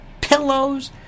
pillows